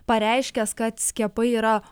pareiškęs kad skiepai yra